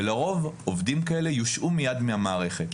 ולרוב עובדים כאלה יושעו מייד מהמערכת.